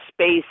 space